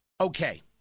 Okay